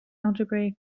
algebraic